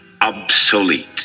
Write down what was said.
Obsolete